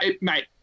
mate